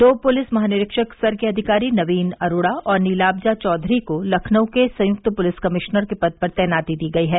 दो पुलिस महानिरीक्षक स्तर के अधिकारी नवीन अरोड़ा और नीलाब्जा चौधरी को लखनऊ के संयुक्त पुलिस कमिश्नर के पद पर तैनाती दी गई है